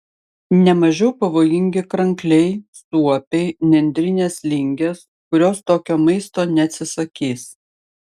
ne mažiau pavojingi krankliai suopiai nendrinės lingės kurios tokio maisto neatsisakys